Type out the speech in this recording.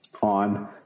on